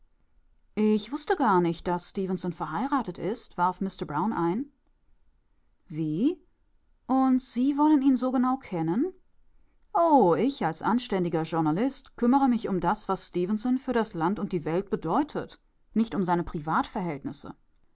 ich wußte gar nicht daß stefenson verheiratet ist warf mister brown ein wie und sie wollen ihn so genau kennen oh ich als anständiger journalist kümmere mich um das was stefenson für das land und die welt bedeutet nicht um seine privatverhältnisse